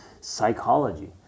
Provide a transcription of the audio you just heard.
psychology